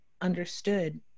understood